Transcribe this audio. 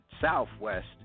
southwest